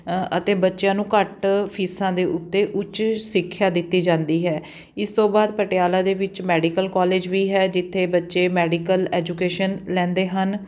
ਅਤੇ ਬੱਚਿਆਂ ਨੂੰ ਘੱਟ ਫੀਸਾਂ ਦੇ ਉੱਤੇ ਉੱਚ ਸਿੱਖਿਆ ਦਿੱਤੀ ਜਾਂਦੀ ਹੈ ਇਸ ਤੋਂ ਬਾਅਦ ਪਟਿਆਲਾ ਦੇ ਵਿੱਚ ਮੈਡੀਕਲ ਕੋਲਜ ਵੀ ਹੈ ਜਿੱਥੇ ਬੱਚੇ ਮੈਡੀਕਲ ਐਜੂਕੇਸ਼ਨ ਲੈਂਦੇ ਹਨ